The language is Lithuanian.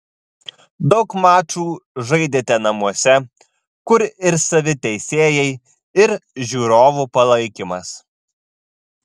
daug mačų žaidėte namuose kur ir savi teisėjai ir žiūrovų palaikymas